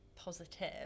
positive